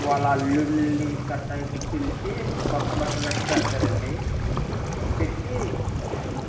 వాళ్ళ అల్లుళ్ళని గట్రా ఇంటికి పిలిచి కొత్త బట్టలు గట్రా కడతారండి పెట్టి